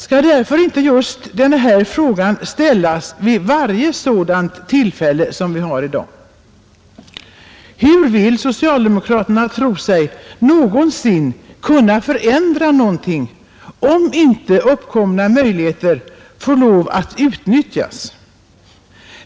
Skall därför inte just den här frågan ställas vid varje sådant tillfälle som det vi har i dag: Hur tror sig socialdemokraterna någonsin kunna förändra någonting, om inte uppkomna möjligheter får lov att utnyttjas?